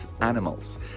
animals